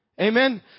Amen